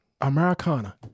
Americana